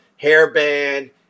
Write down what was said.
hairband